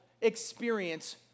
experience